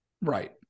Right